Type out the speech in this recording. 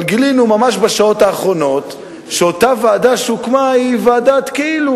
אבל גילינו ממש בשעות האחרונות שאותה ועדה שהוקמה היא ועדת-כאילו,